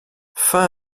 fin